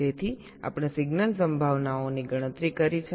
તેથી આપણે સિગ્નલ સંભાવનાઓની ગણતરી કરી છે